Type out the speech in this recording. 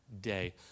day